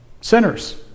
sinners